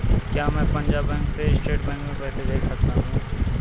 क्या मैं पंजाब बैंक से स्टेट बैंक में पैसे भेज सकता हूँ?